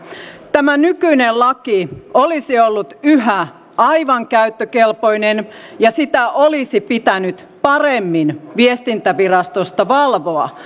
tämä nykyinen laki olisi ollut yhä aivan käyttökelpoinen ja sitä olisi pitänyt paremmin viestintävirastosta valvoa